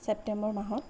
চেপ্তেম্বৰ মাহত